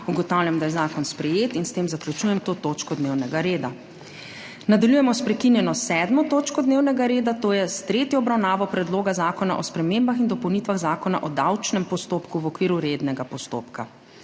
Ugotavljam, da je zakon sprejet. S tem zaključujem to točko dnevnega reda. Nadaljujemo sprekinjeno 7. točko dnevnega reda, to je s tretjo obravnavo Predloga zakona o spremembah in dopolnitvah Zakona o davčnem postopku v okviru rednega postopka.